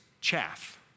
chaff